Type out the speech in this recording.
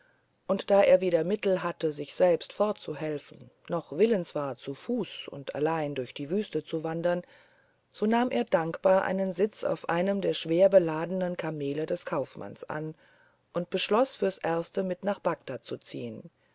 und da er weder mittel hatte sich selbst fortzuhelfen noch willens war zu fuß und allein durch die wüste zu wandern so nahm er dankbar einen sitz auf einem der schwer beladenen kamele des kaufmanns an und beschloß fürs erste mit nach bagdad zu ziehen